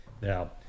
Now